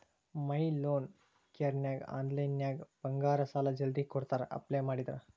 ಮೈ loan ಕೇರನ್ಯಾಗ ಆನ್ಲೈನ್ನ್ಯಾಗ ಬಂಗಾರ ಸಾಲಾ ಜಲ್ದಿ ಕೊಡ್ತಾರಾ ಅಪ್ಲೈ ಮಾಡಿದ್ರ